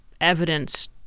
evidence